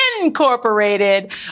Incorporated